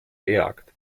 gejagt